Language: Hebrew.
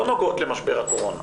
לא נוגעות למשבר הקורונה.